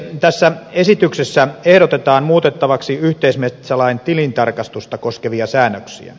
tässä esityksessä ehdotetaan muutettavaksi yhteismetsälain tilintarkastusta koskevia säännöksiä